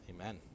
Amen